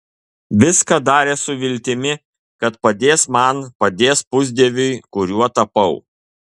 viską darė su viltimi kad padės man padės pusdieviui kuriuo tapau